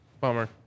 bummer